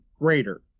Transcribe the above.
greater